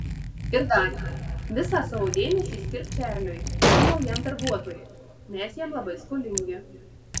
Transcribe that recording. ir dar visą savo dėmesį skirk čarliui tam naujam darbuotojui mes jam labai skolingi